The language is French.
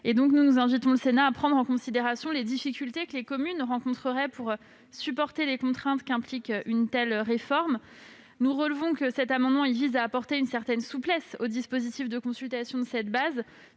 importants. Nous invitons le Sénat à prendre en considération les difficultés que les communes rencontreraient pour supporter les contraintes qu'impliquerait une telle réforme. Nous relevons que cet amendement vise à apporter une certaine souplesse au dispositif de consultation, en ce que